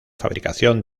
fabricación